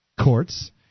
courts